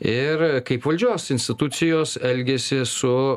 ir kaip valdžios institucijos elgiasi su